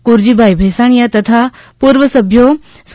કુરજીભાઇ ભેંસાણિયા તથા પૂર્વ સભ્યો સ્વ